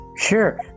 sure